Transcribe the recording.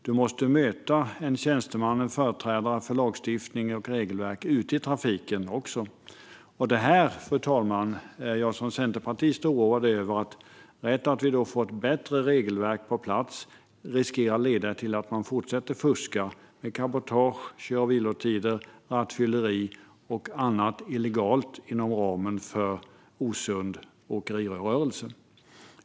Man måste möta företrädare för lagstiftning och regelverk ute i trafiken också. Detta är jag som centerpartist oroad över. Även om vi får ett bättre regelverk på plats riskerar det att leda till att man fortsätter att fuska med cabotage, kör och vilotider, rattfylleri och annat illegalt i en osund åkerirörelse.